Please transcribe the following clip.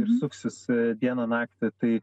ir suksis dieną naktį tai